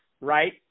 right